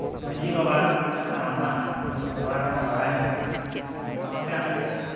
ᱢᱟᱺᱡᱷᱤ ᱵᱟᱵᱟ ᱠᱟᱱᱟᱢ ᱵᱟᱝ ᱢᱟᱫᱚ ᱛᱷᱚᱲᱟ ᱜᱟᱱᱮᱢ ᱵᱟᱲᱟᱭ ᱧᱚᱜᱼᱟ ᱚᱱᱟᱛᱮ ᱟᱢᱤᱧ